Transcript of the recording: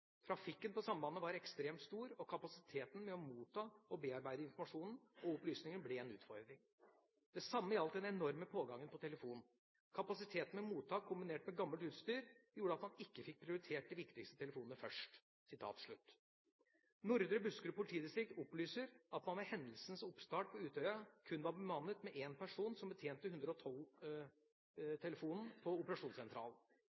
Trafikken på sambandet var ekstremt stor, og kapasiteten med å motta og bearbeide informasjonen opplysningene ble en utfordring. Det samme gjaldt den enorme pågangen på telefon. Kapasiteten med mottak kombinert med gammelt utstyr gjorde at man ikke fikk prioritert de viktigste telefonene først.» Nordre Buskerud politidistrikt opplyser at man ved hendelsens oppstart på Utøya kun var bemannet med én person som betjente